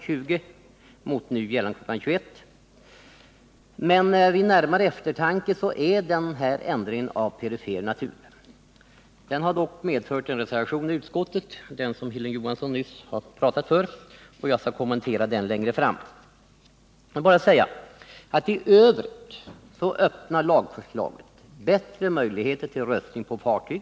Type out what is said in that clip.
20.00 mot nu kl. 21.00 — men vid närmare eftertanke är en sådan ändring av perifer natur. Den har dock medfört en reservation i utskottet som Hilding Johansson nyss talat för och som jag skall kommentera längre fram. I övrigt öppnar lagförslaget bättre möjligheter till röstning på fartyg.